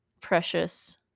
precious